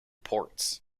ports